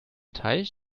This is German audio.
teich